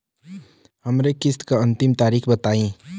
हमरे किस्त क अंतिम तारीख बताईं?